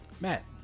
Matt